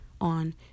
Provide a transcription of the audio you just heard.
on